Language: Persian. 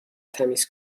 تمیز